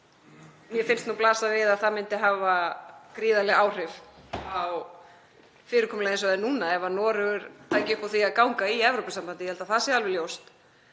Mér finnst blasa við að það myndi hafa gríðarleg áhrif á fyrirkomulagið eins og það er núna ef Noregur tæki upp á því að ganga í Evrópusambandið. Ég held að það sé alveg ljóst.